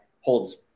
holds